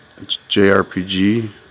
JRPG